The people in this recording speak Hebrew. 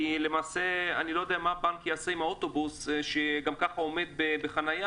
אני לא יודע מה בנק יעשה עם האוטובוס גם כך עומד בחניה